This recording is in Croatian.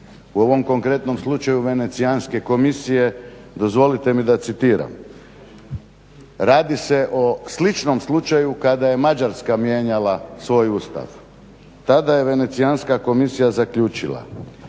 U ovom konkretnom slučaju Venecijanske komisije dozvolite mi da citiram. Radi se o sličnom slučaju kada je Mađarska mijenjala svoj Ustav. Tada je Venecijanska komisija zaključila.